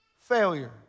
failure